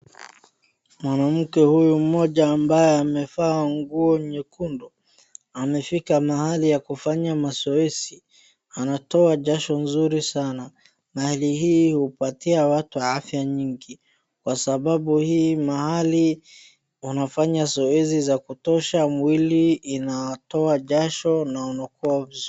Mwanamke huyu mmoja ambaye amevaa nguo nyekundu amefika mahali ya kufanya mazoezi, anatoa jasho nzuri sana, mahali hii hupatia watu afya nyingi, kwa sababu hii mahali unafanya zoezi za kutosha, mwili inatoa jasho na unakuwa vizuri.